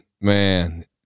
man